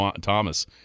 Thomas